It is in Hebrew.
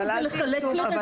אין מניעה.